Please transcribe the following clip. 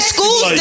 Schools